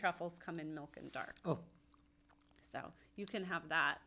truffles come in milk and dark oh so you can have that